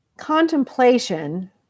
Contemplation